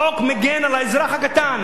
החוק מגן על האזרח הקטן.